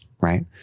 Right